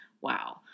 Wow